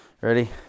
Ready